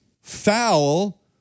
Foul